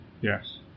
Yes